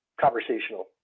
conversational